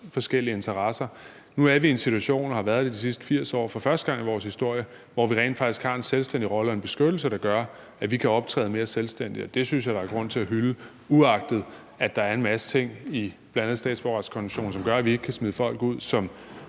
forskellige interesser. Nu er vi i en situation og har været det de sidste 80 år – for første gang i vores historie – hvor vi rent faktisk har en selvstændig rolle og en beskyttelse, der gør, at vi kan optræde mere selvstændigt. Det synes jeg der er grund til at hylde, uagtet at der er en masse ting i bl.a. statsborgerretskonventionen, som gør, at vi ikke kan smide folk ud, som